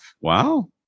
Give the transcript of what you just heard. Wow